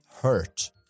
hurt